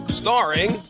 starring